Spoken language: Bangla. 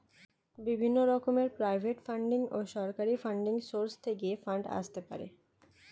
বিভিন্ন রকমের প্রাইভেট ফান্ডিং ও সরকারি ফান্ডিং সোর্স থেকে ফান্ড আসতে পারে